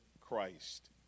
Christ